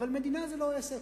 אבל מדינה זה לא עסק.